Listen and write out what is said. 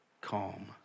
calm